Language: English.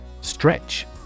Stretch